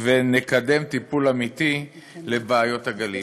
ונקדם טיפול אמיתי לבעיות הגליל".